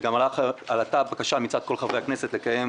וגם עלתה בקשה מצד כל חברי הכנסת לקיים